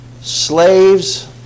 Slaves